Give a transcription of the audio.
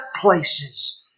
places